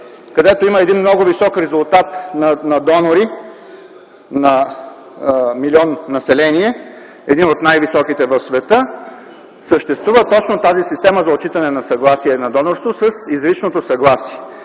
където има един много висок резултат на донори на милион население, един от най-високите в света, съществува точно тази система за отчитане на съгласие на донорство с изричното съгласие.